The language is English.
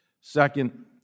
Second